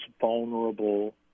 vulnerable